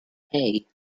hey